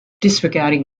disregarding